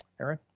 erin.